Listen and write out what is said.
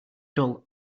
dull